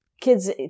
kids